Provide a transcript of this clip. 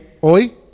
Hoy